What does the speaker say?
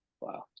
Wow